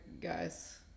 guys